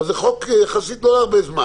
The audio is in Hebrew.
זה חוק שיחסית הוא לא הרבה זמן.